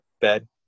bed